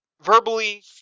verbally